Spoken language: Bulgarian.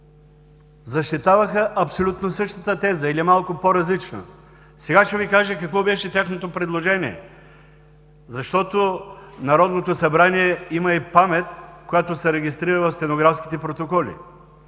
защитаваха абсолютно същата теза или малко по-различна. Сега ще Ви кажа какво беше тяхното предложение, защото Народното събрание има и памет, която се регистрира в стенографските протоколи.